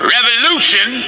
Revolution